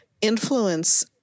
influence